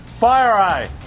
FireEye